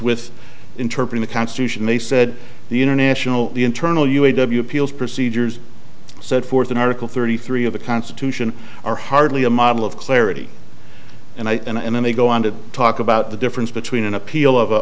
with interpret the constitution they said the international the internal u a w appeals procedures set forth in article thirty three of the constitution are hardly a model of clarity and then they go on to talk about the difference between an appeal of